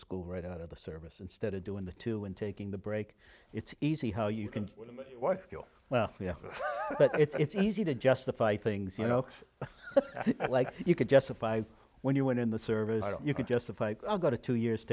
school right out of the service instead of doing the two and taking the break it's easy how you can work well but it's easy to justify things you know like you can justify when you went in the service you can justify go to two years